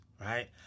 Right